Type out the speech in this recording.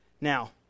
Now